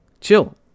chill